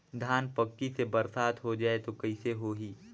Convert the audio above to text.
धान पक्की से बरसात हो जाय तो कइसे हो ही?